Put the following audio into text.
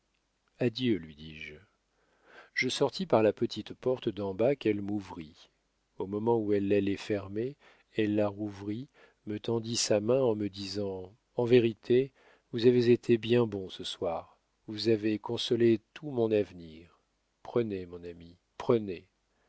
adieu lui dis-je je sortis par la petite porte d'en bas qu'elle m'ouvrit au moment où elle l'allait fermer elle la rouvrit me tendit sa main en me disant en vérité vous avez été bien bon ce soir vous avez consolé tout mon avenir prenez mon ami prenez